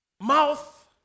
mouth